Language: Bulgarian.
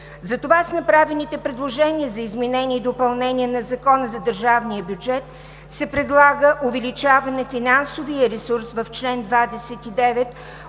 Затова с направените предложения за изменение и допълнение на Закона за държавния бюджет се предлага увеличаване финансовия ресурс в чл. 29